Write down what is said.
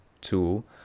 tool